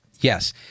Yes